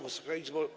Wysoka Izbo!